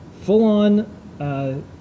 full-on